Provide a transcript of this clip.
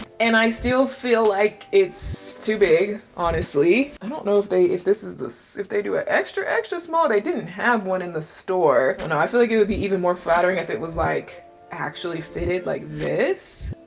and i still feel like it's too big honestly. i don't know if they, if this is the, if they do an extra, extra small, they didn't have one in the store. you know i feel like it would be even more flattering if it was like actually fitted like this.